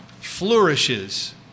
flourishes